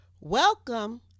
Welcome